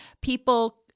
people